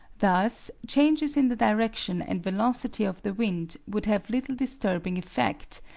thus changes in the direction and velocity of the wind would have little disturbing effect,